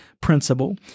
principle